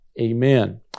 Amen